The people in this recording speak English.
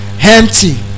Empty